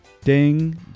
Ding